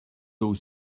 d’eau